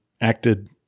acted